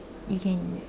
you can